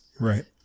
Right